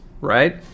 right